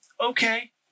okay